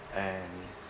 and